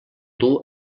duu